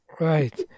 Right